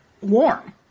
warm